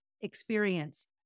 experience